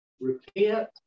repent